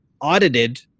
audited